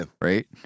right